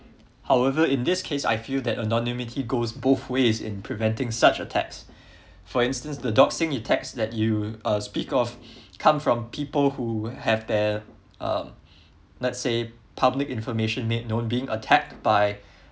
however in this case I feel that anonymity goes both ways in preventing such attacks for instance the doxing you text that you uh speak of come from people who have the uh let's say public information made known being attacked by